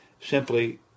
simply